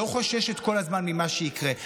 לא חוששת כל הזמן ממה שיקרה.